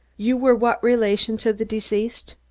you were what relation to the deceased?